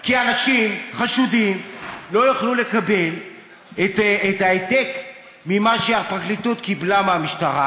כי אנשים חשודים לא יוכלו לקבל העתק ממה שהפרקליטות קיבלה מהמשטרה